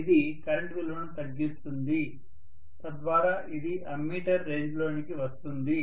ఇది కరెంట్ విలువను తగ్గిస్తుంది తద్వారా ఇది అమ్మీటర్ రేంజ్ లోనికి వస్తుంది